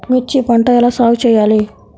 మిర్చి పంట ఎలా సాగు చేయాలి?